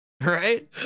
Right